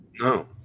No